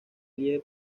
lie